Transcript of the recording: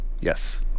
Yes